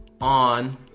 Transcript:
on